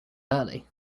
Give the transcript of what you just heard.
early